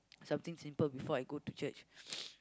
something simple before I go to church